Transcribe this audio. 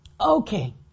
okay